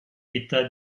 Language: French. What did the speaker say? états